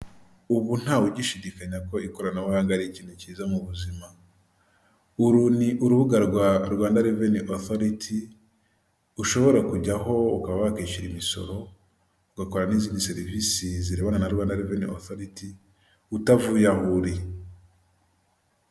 Ubu ntawe ugishidikanya ko ikoranabuhanga ari ikintu kiza mu buzima, uru ni urubuga rwa rwanda reveni otoriti ushobora kujyaho ukaba wakishyura imisoro, ugakora n'izindi serivisi zirebanar na Rwanda otoriti utavuye aho uri.